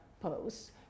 posts